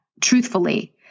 truthfully